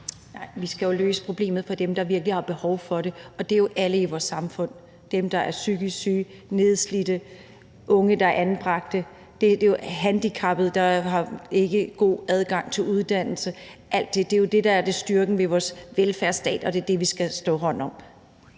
(KF): Vi skal løse problemet for dem, der virkelig har behov for det, og det er jo alle dem i vores samfund, der er psykisk syge, nedslidte, unge, der er anbragte, handicappede, der ikke har god adgang til uddannelse. Alt det tager vi hånd om, og det er jo det, der er styrken ved vores velfærdsstat. Kl. 20:01 Fjerde næstformand